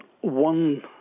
one